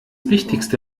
wichtigste